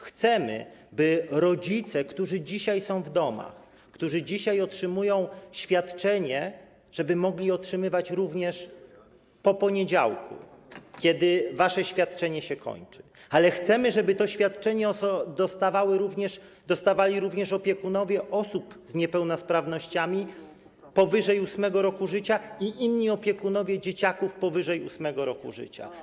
Chcemy, by rodzice, którzy dzisiaj są w domach, którzy dzisiaj otrzymują świadczenie, mogli otrzymywać je również po poniedziałku, kiedy wasze świadczenie się kończy, ale chcemy, żeby to świadczenie dostawali również opiekunowie osób z niepełnosprawnościami powyżej 8. roku życia i inni opiekunowie dzieciaków powyżej 8. roku życia.